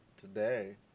today